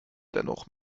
dennoch